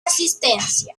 asistencia